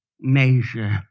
measure